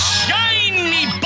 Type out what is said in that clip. shiny